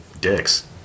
Dicks